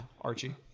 Archie